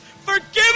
Forgive